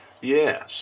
Yes